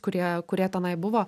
kurie kurie tenai buvo